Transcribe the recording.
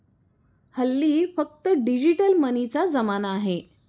हल्ली फक्त डिजिटल मनीचा जमाना आहे